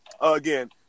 Again